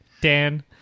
Dan